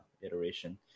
iteration